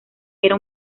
era